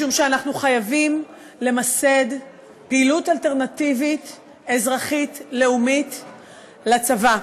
משום שאנחנו חייבים למסד פעילות אלטרנטיבית אזרחית-לאומית לצבא.